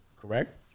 Correct